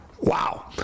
Wow